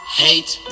hate